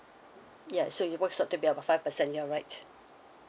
ya so it works out to be about five percent you're right